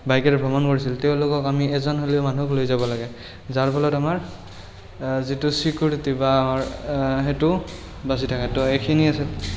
বাইকেৰে ভ্ৰমণ কৰিছিল তেওঁলোকক আমি এজন হ'লেও মানুহক লৈ যাব লাগে যাৰ ফলত আমাৰ যিটো চিকিউৰিটি বা আমাৰ সেইটো বাচি থাকে তো এইখিনি আছিল